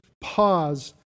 pause